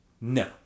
No